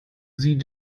sie